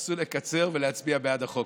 תנסו לקצר ולהצביע בעד החוק.